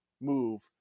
move